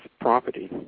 property